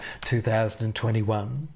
2021